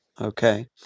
Okay